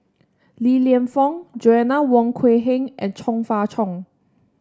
Li Lienfung Joanna Wong Quee Heng and Chong Fah Cheong